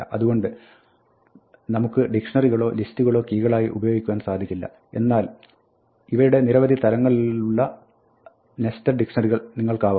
അതുകൊണ്ട് നമുക്ക് ഡിക്ഷ്ണറികളോ ലിസ്റ്റുകളോ കീകളായി ഉപയോഗിക്കുവാൻ സാധിക്കില്ല എന്നാൽ ഇവയുടെ നിരവധി തലങ്ങളുള്ള നെസ്റ്റഡ് ഡിക്ഷ്ണറികൾ നിങ്ങൾക്കാവാം